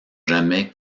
jamais